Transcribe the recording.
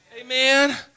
Amen